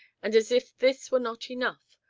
and as if this were not enough,